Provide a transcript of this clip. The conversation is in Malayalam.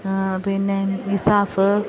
പിന്നെ ഇസാഫ്